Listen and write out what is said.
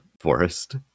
forest